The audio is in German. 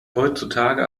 heutzutage